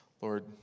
Lord